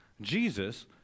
Jesus